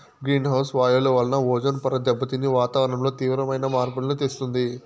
green house వాయువుల వలన ozone పొర దెబ్బతిని వాతావరణంలో తీవ్రమైన మార్పులను తెస్తుంది